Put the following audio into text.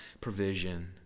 provision